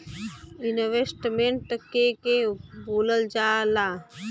Investment के के बोलल जा ला?